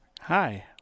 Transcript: Hi